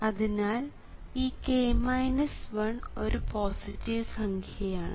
അതിനാൽ ഈ k 1 ഒരു പോസിറ്റീവ് സംഖ്യയാണ്